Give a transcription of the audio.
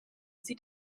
sieht